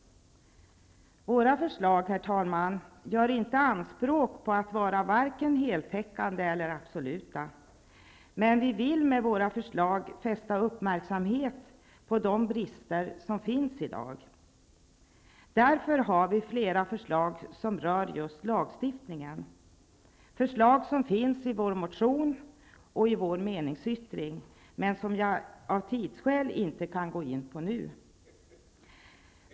Våra förslag, herr talman, gör inte anspråk på att vara vare sig heltäckande eller absoluta, men vi vill med förslagen fästa uppmärksamheten på de brister som finns i dag. Därför har vi flera förslag som rör just lagstiftningen, förslag som finns i vår motion och i vår meningsyttring men som jag av tidsskäl inte kan gå in på nu.